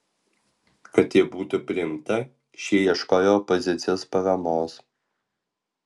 kad ji būtų priimta šie ieškojo opozicijos paramos